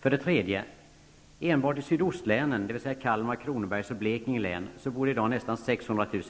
För det tredje bor enbart i sydostlänen -- Kalmar,